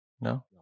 No